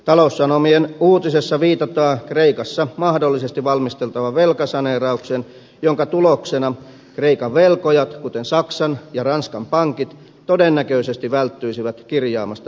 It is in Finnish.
taloussanomien uutisessa viitataan kreikassa mahdollisesti valmisteltavaan velkasaneeraukseen jonka tuloksena kreikan velkojat kuten saksan ja ranskan pankit todennäköisesti välttyisivät kirjaamasta luottotappioita